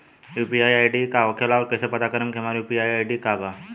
UPI ID का होखेला और कईसे पता करम की हमार यू.पी.आई आई.डी का बा?